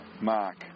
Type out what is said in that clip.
Mark